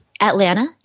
Atlanta